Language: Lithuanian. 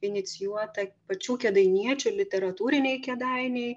inicijuota pačių kėdainiečių literatūriniai kėdainiai